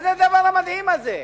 מה זה הדבר המדהים הזה?